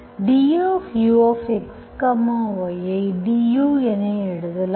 duxy ஐ du என எழுதலாம்